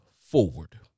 forward